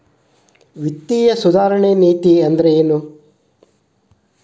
ವಿತ್ತೇಯ ಸುಧಾರಣೆ ನೇತಿ ಅಂದ್ರೆನ್